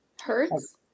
Hertz